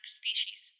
species